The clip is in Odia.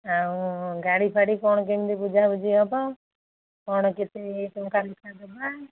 ଆଉ ଗାଡ଼ି ଫାଡ଼ି କ'ଣ କେମିତି ବୁଝାବୁଝି ହବ କ'ଣ କେତେ ଟଙ୍କା ଲେଖା ଦେବା